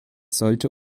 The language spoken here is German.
sollte